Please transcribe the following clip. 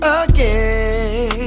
again